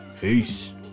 Peace